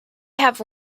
have